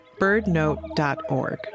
birdnote.org